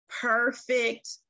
perfect